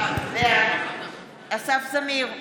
בעד אסף זמיר,